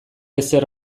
ezer